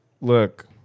look